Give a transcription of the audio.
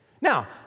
Now